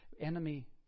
enemy